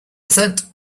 percent